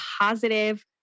positive